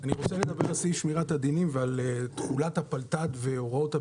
אני רוצה לדבר על סעיף שמירת הדינים ועל תחולת הפלת"ד והוראות הביטוח.